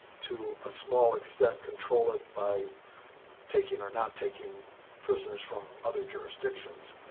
to a small extent, control it by taking or not taking prisoners from other jurisdictions.